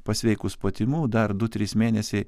pasveikus po tymų dar du trys mėnesiai